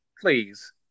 please